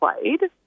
played